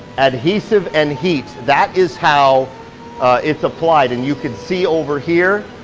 adhesive and heat, that is how it's applied. and you can see over here.